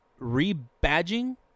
rebadging